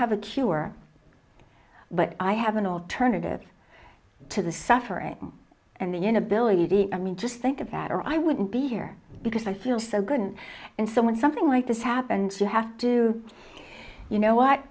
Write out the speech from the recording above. have a cure but i have an alternative to the suffering and the inability i mean just think about or i wouldn't be here because i feel so good and and someone something like this happens you have to do you know what